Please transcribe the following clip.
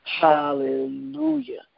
Hallelujah